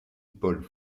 paul